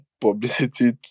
publicity